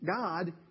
God